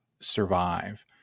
survive